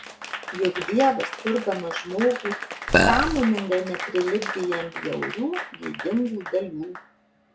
juk dievas kurdamas žmogų sąmoningai neprilipdė jam bjaurių gėdingų dalių